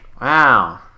wow